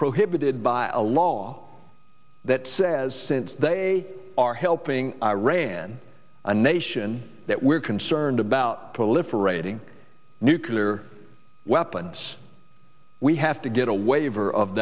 prohibited by a law that says since they are helping iran a nation that we're concerned about proliferating nuclear weapons we have to get a waiver of